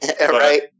Right